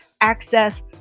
access